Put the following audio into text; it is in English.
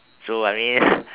so I mean